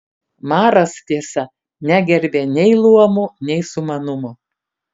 maras tiesa negerbė nei luomų nei sumanumo